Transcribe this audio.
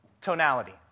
tonality